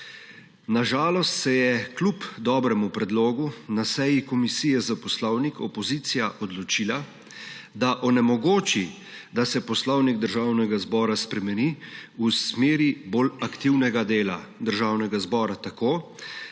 Na žalost se je kljub dobremu predlogu na seji Komisije za poslovnik opozicija odločila, da onemogoči, da se Poslovnik Državnega zbora spremeni v smeri bolj aktivnega dela Državnega zbora tako,